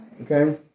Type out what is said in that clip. Okay